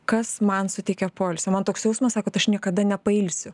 kas man suteikia poilsio man toks jausmas sako kad aš niekada nepailsiu